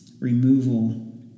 removal